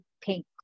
pink